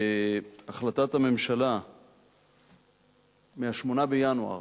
בהחלטת הממשלה מ-8 בינואר